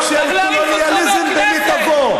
מובהק של קולוניאליזם במיטבו.